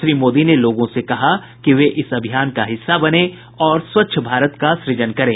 श्री मोदी ने लोगों से कहा कि वे इस अभियान का हिस्सा बनें और स्वच्छ भारत का सूजन करें